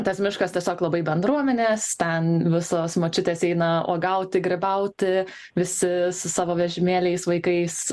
tas miškas tiesiog labai bendruomenės ten visos močiutės eina uogauti grybauti visi su savo vežimėliais vaikais